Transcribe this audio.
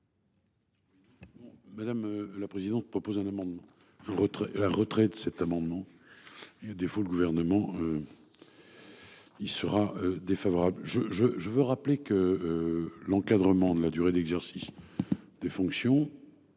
Madame la présidente, proposer un amendement. La retraite cet amendement. Des le gouvernement. Y sera défavorable je je je veux rappeler que. L'encadrement de la durée d'exercice. Des fonctions